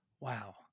Wow